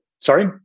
Sorry